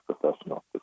professional